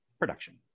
production